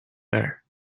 there